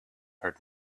heard